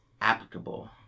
applicable